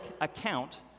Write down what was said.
account